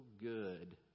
good